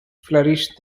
flourished